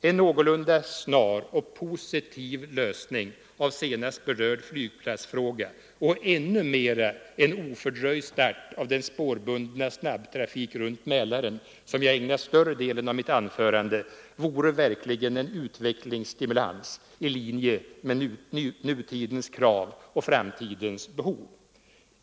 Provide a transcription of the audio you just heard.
En någorlunda snar och positiv lösning av senast berörd flygplatsfråga — och ännu mera en ofördröjd start av den spårbundna snabbtrafik runt Mälaren som jag ägnat större delen av mitt anförande — vore verkligen en utvecklingsstimulans i linje med nutidens krav och framtidens behov.